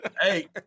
Hey